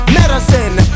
medicine